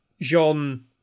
Jean